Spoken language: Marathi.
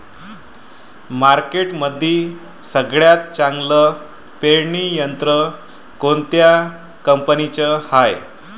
मार्केटमंदी सगळ्यात चांगलं पेरणी यंत्र कोनत्या कंपनीचं हाये?